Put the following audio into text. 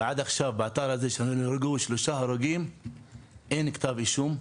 ועד עכשיו באתר שהיו שלושה הרוגים אין כתב אישום,